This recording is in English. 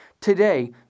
Today